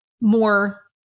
more